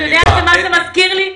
אתה יודע מה זה מזכיר לי?